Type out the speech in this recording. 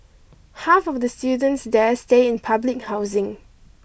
half of the students there stay in public housing